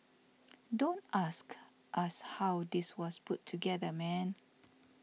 don't ask us how this was put together man